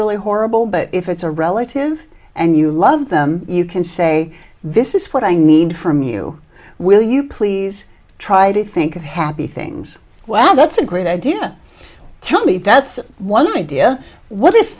really horrible but if it's a relative and you love them you can say this is what i need from you will you please try to think of happy things well that's a great idea tell me that's one idea what i